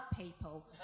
people